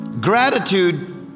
Gratitude